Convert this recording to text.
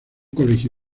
colegio